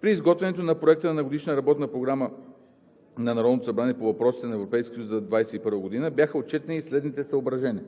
При изготвянето на Проекта на Годишната работна програма на Народното събрание по въпросите на Европейския съюз за 2021 г. бяха отчетени и следните съображения: